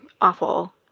awful